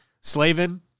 Slavin